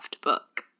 book